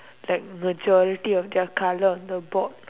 like majority of their colour on the board